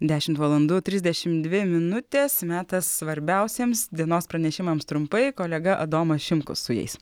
dešimt valandų trisdešimt dvi minutės metas svarbiausiems dienos pranešimams trumpai kolega adomas šimkus su jais